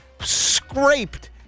scraped